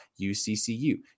UCCU